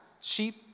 sheep